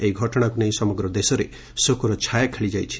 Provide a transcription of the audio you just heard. ଏହି ଘଟଣାକୁ ନେଇ ସମଗ୍ର ଦେଶରେ ଶୋକର ଛାୟା ଖେଳିଯାଇଛି